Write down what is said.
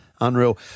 Unreal